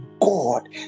God